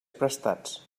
prestats